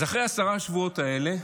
אז אחרי עשרת השבועות האלה,